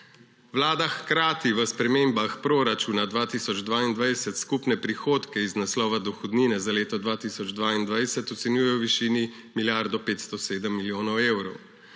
Vlada hkrati v spremembah proračuna 2022 skupne prihodke iz naslova dohodnine za leto 2022 ocenjuje v višini milijarde 507 milijonov evrov